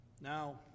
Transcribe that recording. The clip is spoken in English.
Now